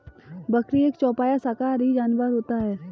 बकरी एक चौपाया शाकाहारी जानवर होता है